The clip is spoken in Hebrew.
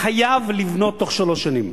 חייב לבנות בתוך שלוש שנים.